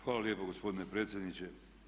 Hvala lijepo gospodine predsjedniče.